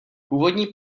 původní